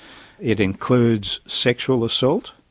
it includes sexual assault,